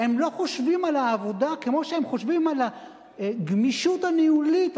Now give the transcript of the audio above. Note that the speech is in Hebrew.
הם לא חושבים על העבודה כמו שהם חושבים על הגמישות הניהולית,